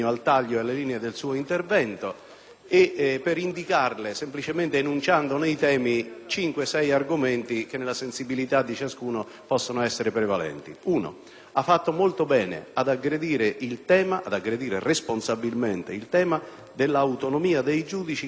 per indicarle, semplicemente enunciandone i temi, cinque o sei argomenti che nella sensibilità di ciascuno possono essere prevalenti. In primo luogo, ha fatto molto bene ad aggredire responsabilmente il tema dell'autonomia dei giudici con riferimento alla potestà organizzativa